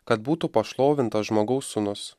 kad būtų pašlovintas žmogaus sūnus